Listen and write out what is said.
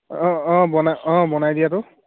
অঁ অঁ বনাই অঁ বনাই দিয়াটো